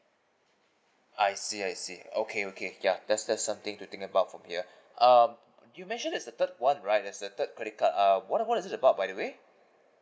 I see I see okay okay ya there's there's something to think about from here um you mention it's the third one right it's the third credit card uh what what does it about by the way